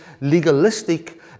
legalistic